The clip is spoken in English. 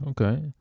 Okay